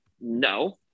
No